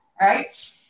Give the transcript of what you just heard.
right